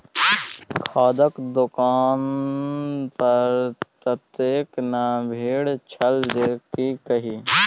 खादक दोकान पर ततेक ने भीड़ छल जे की कही